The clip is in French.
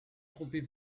trompez